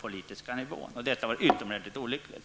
Också det har varit utomordentligt olyckligt.